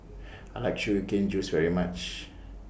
I like Sugar Cane Juice very much